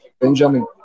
Benjamin